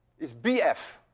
is bf,